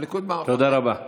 הליכוד, מה הוא רוצה?